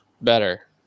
better